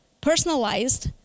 personalized